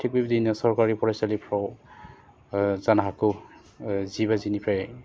थिग बेबायदिनो सरकारि फरायसालिफ्राव जानो हागौ जि बाजिनिफ्राय